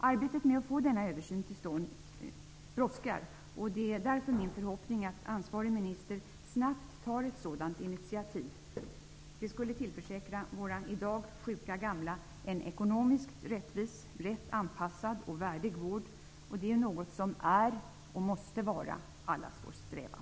Arbetet med att få denna översyn till stånd brådskar, och det är därför min förhoppning att ansvarig minister snabbt tar ett sådant initiativ. Det skulle tillförsäkra våra i dag sjuka gamla en ekonomiskt rättvis, rätt anpassad och värdig vård, och det är något som är och måste vara allas vår strävan.